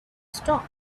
stop